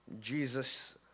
Jesus